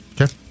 Okay